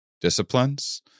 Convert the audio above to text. disciplines